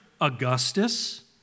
Augustus